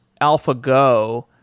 AlphaGo